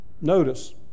Notice